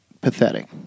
pathetic